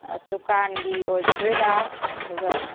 ꯗꯨꯀꯥꯟꯒꯤ ꯑꯣꯏꯒꯗꯣꯏꯔ ꯑꯗꯨꯒ